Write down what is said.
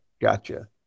Gotcha